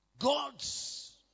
God's